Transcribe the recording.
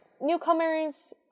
newcomers